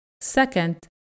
Second